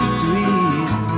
sweet